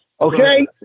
okay